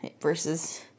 versus